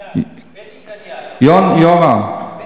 יורם.